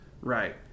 Right